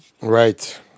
Right